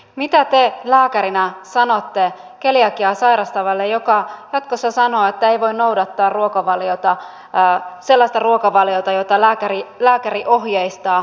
mitä te lääkärinä sanotte keliakiaa sairastavalle joka jatkossa sanoo että ei voi noudattaa sellaista ruokavaliota jota lääkäri ohjeistaa